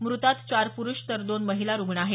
मृतात चार पुरूष तर दोन महिला रुग्ण आहेत